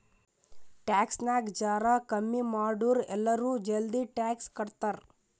tax ನಾಗ್ ಜರಾ ಕಮ್ಮಿ ಮಾಡುರ್ ಎಲ್ಲರೂ ಜಲ್ದಿ ಟ್ಯಾಕ್ಸ್ ಕಟ್ತಾರ್